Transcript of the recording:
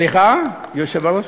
סליחה, היושב-ראש?